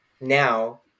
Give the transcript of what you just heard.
now